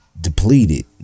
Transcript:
depleted